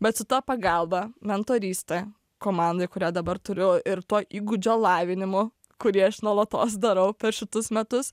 bet su ta pagalba mentoryste komandoj kurią dabar turiu ir tuo įgūdžio lavinimu kurį aš nuolatos darau per šitus metus